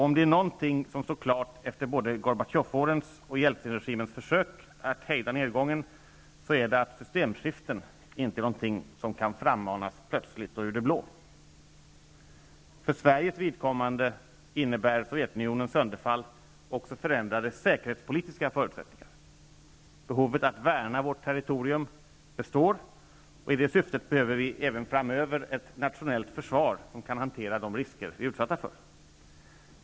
Om det är någonting som står klart efter både Gorbatjov-årens och Jeltsinregimens försök att hejda nedgången, är det att systemskiften inte är något som kan frammanas plötsligt och ur det blå. För Sveriges vidkommande innebär Sovjetunionens sönderfall också förändrade säkerhetspolitiska förutsättningar. Behovet att värna vårt territorium består. I det syftet behöver vi även framöver ett nationellt försvar som kan hantera de risker vi utsätts för.